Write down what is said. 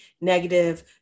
negative